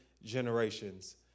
Generations